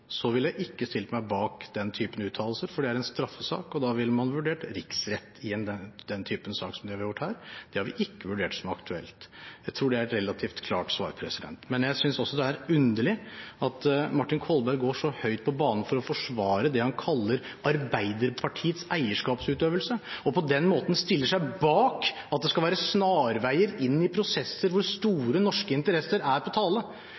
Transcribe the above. ville jeg ikke stilt meg bak den typen uttalelser, for det er en straffesak, og da ville man vurdert riksrett i den typen sak som vi har her. Det har vi ikke vurdert som aktuelt. Jeg tror det er et relativt klart svar. Men jeg synes også det er underlig at Martin Kolberg går så høyt på banen for å forsvare det han kaller Arbeiderpartiets eierskapsutøvelse, og på den måten stiller seg bak at det skal være snarveier inn i prosesser hvor store norske interesser er på tale.